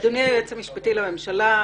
אדוני היועץ המשפטי לממשלה,